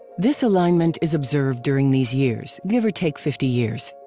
this alignment is observed during these years, give or take fifty years.